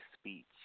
Speech